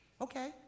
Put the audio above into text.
Okay